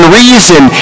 reason